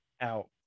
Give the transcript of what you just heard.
out